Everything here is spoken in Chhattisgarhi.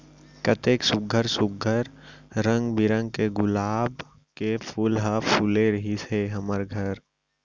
कतेक सुग्घर सुघ्घर रंग बिरंग के गुलाब के फूल ह फूले रिहिस हे हमर घर